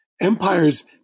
empires